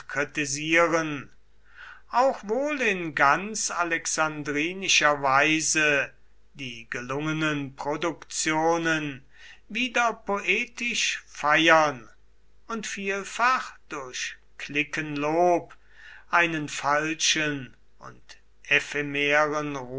kritisieren auch wohl in ganz alexandrinischer weise die gelungenen produktionen wieder poetisch feiern und vielfach durch cliquenlob einen falschen und